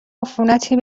عفونتی